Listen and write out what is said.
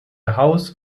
haus